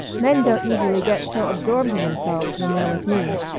men don't usually get so absorbed in themselves when they're with me.